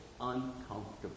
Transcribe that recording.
uncomfortable